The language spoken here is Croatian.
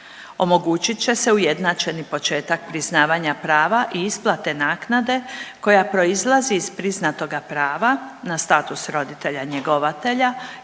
Omogućit će se ujednačeni početak priznavanja prava i isplate naknade koja proizlazi iz priznatoga prava na status roditelja-njegovatelja